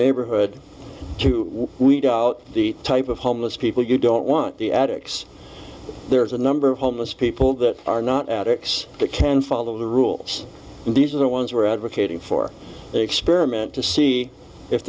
neighborhood to weed out the type of homeless people you don't want the addicts there is a number of homeless people that are not attics they can follow the rules and these are the ones who are advocating for the experiment to see if